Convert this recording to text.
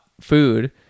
food